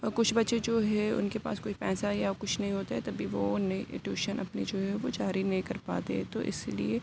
کچھ بچے جو ہے ان کے پاس کوئی پیسہ یا کچھ نہیں ہوتا ہے تب بھی وہ انہیں ٹیوشن اپنی جو ہے وہ جاری نہیں کر پاتے ہیں تو اس لیے